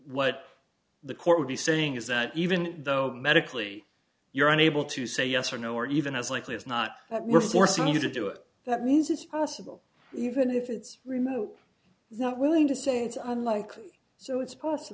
what the court would be saying is that even though medically you're unable to say yes or no or even as likely as not that we're forcing you to do it that means it's possible even if it's remote that willing to say it's unlikely so it's possible